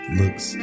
looks